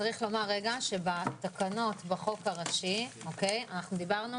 צריך לומר שבתקנות לחוק הראשי אנחנו דיברנו